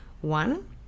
one